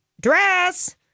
Dress